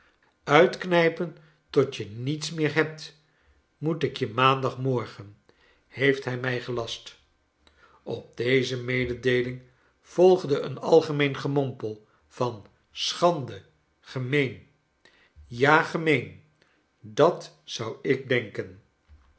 uitknijpen tot je niets meer hebt moet ik je maandagmorgen heeft hij mij gelastl op deze mededeeling volgde een algemeen gemompel van schande gemeen i ja gemeen dat zou ik denken